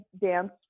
danced